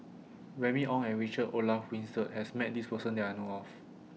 Remy Ong and Richard Olaf Winstedt has Met This Person that I know of